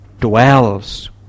dwells